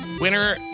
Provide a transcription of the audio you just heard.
Winner